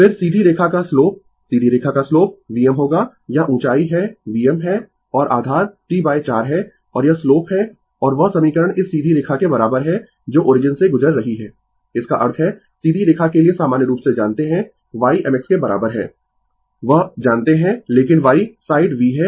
फिर सीधी रेखा का स्लोप सीधी रेखा का स्लोप Vm होगा यह ऊँचाई है Vm है और आधार T 4 है और यह स्लोप है और वह समीकरण इस सीधी रेखा के बराबर है जो ओरिजिन से गुजर रही है इसका अर्थ है सीधी रेखा के लिए सामान्य रूप से जानते है y mx के बराबर है वह जानते है लेकिन y साइड v है